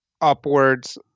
upwards